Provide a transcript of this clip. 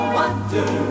wonder